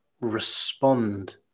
respond